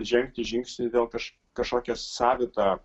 žengti žingsnį vėl kaž kažkokią savitą